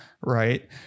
right